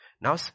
Now